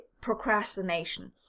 procrastination